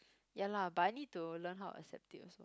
ya lah but I need to learn how to accept it also